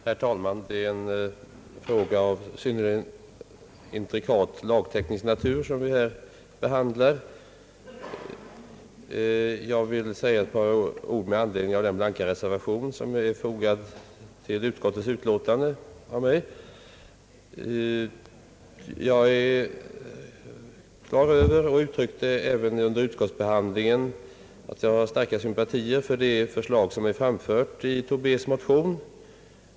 Herr talman! Det är en fråga av synnerligen intrikat lagteknisk natur som vi här behandlar. Jag vill säga några ord med anledning av den blanka reservation, som av mig är fogad till utskottets utlåtande. Jag uttryckte även under utskottsbehandlingen att jag hyste starka sympatier för det förslag som framförts i herr Tobés motion.